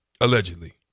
Allegedly